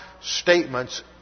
statements